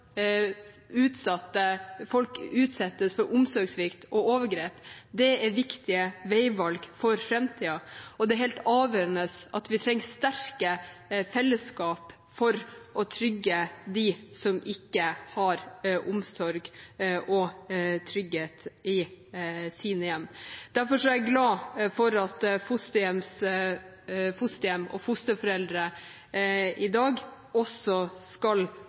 folk utsettes for omsorgssvikt og overgrep, er viktige veivalg for framtiden, og det er helt avgjørende at vi har sterke fellesskap for å trygge dem som ikke har omsorg og trygghet i sine hjem. Derfor er jeg glad for at fosterhjem og fosterforeldre i dag også skal